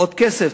עוד כסף.